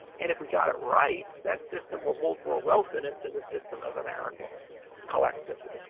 and if we got it right, that system will hold more wealth in it than the system of america collectively.